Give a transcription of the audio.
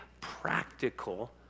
practical